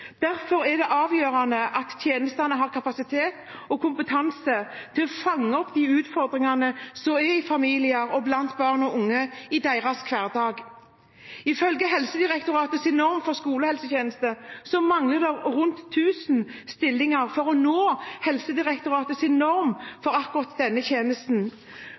Derfor er det avgjørende at tjenestene har kapasitet og kompetanse til å fange opp utfordringer i familier og blant barn og unge i deres hverdag. Ifølge Helsedirektoratets norm for skolehelsetjenesten mangler det rundt 1 000 stillinger for å nå Helsedirektoratets norm for akkurat denne tjenesten.